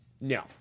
No